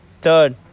Third